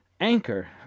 Anchor